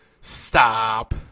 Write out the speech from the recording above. Stop